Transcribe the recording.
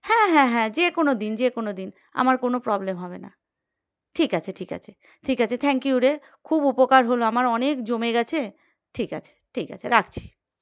হ্যাঁ হ্যাঁ হ্যাঁ যে কোনো দিন যে কোনো দিন আমার কোনো প্রবলেম হবে না ঠিক আছে ঠিক আছে ঠিক আছে থ্যাংক ইউ রে খুব উপকার হলো আমার অনেক জমে গেছে ঠিক আছে ঠিক আছে রাখছি